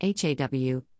HAW